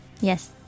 Yes